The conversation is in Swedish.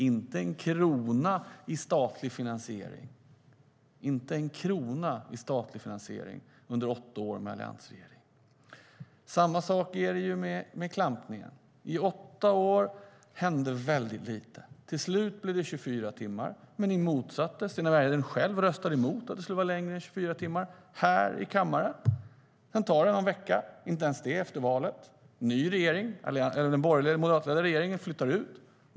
Det kom inte en krona i statlig finansiering under åtta år med alliansregeringen. Samma sak är det med klampningen. I åtta år hände väldigt lite. Till slut blev det 24 timmar. Sten Bergheden röstade själv här i kammaren emot att det skulle vara längre än 24 timmar. Sedan tar det en vecka och inte ens det efter valet. Den moderatledda regeringen flyttar ut.